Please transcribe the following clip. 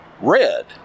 red